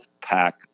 pack